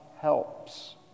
helps